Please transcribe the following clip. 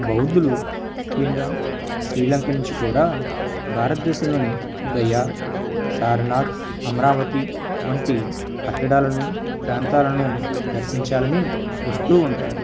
బౌద్ధులు ముఖ్యంగా శ్రీ లంక నుంచి కూడా భారతదేశంలోని గయా సారనాథ్ అమరావతి వంటి కట్టడాలను ప్రాంతాలను దర్శించాలని వస్తూ ఉంటారు